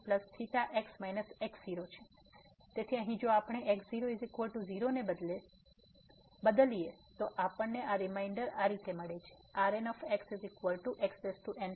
fn1x0θx x0 તેથી અહીં જો આપણે આ x00 ને બદલીએ તો આપણને આ રીમાઇન્ડર મળે છે Rnxxn1n1